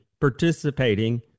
participating